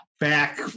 Back